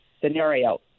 scenario